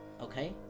Okay